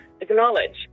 acknowledge